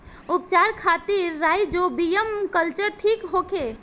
उपचार खातिर rhizobium culture ठीक होखे?